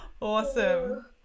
Awesome